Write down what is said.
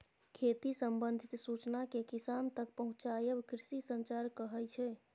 खेती संबंधित सुचना केँ किसान तक पहुँचाएब कृषि संचार कहै छै